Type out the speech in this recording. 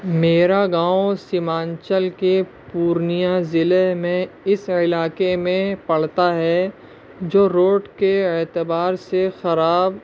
میرا گاؤں سیمانچل کے پورنیہ ضلع میں اس علاقے میں پڑتا ہے جو روڈ کے اعتبار سے خراب